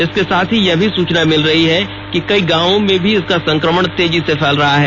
इसके साथ ही यह भी सूचना मिल रही है कि कई गाँवों में भी इसका संक्रमण तेजी से फैल रहा है